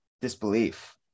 disbelief